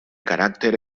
caràcter